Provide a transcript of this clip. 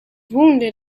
wounded